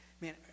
Man